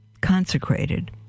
consecrated